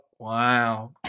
Wow